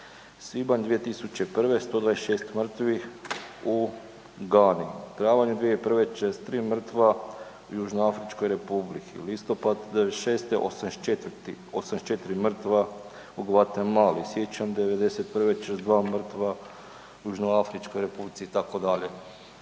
svibanj 2001. 126 mrtvih u Gani, travanj 2001. 43 mrtva u Južnoafričkoj Republici, listopad '96. 84 mrtva u Guatemali, siječanj '91. 42 mrtva u Južnoafričkoj Republici itd.